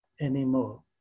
anymore